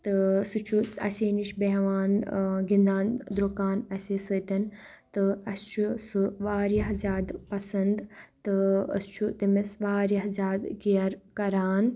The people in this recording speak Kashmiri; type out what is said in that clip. تہٕ سُہ چھُ اَسے نِش بیٚہوان گِنٛدان درٛوٚکان اَسے سۭتۍ تہٕ اَسہِ چھُ سُہ واریاہ زیادٕ پَسنٛد تہٕ أسۍ چھُ تٔمِس واریاہ زیادٕ کِیَر کَران